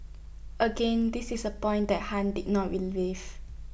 again this is A point that han did not